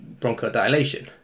bronchodilation